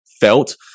felt